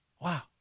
Wow